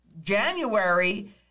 January